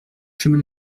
chemin